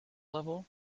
levels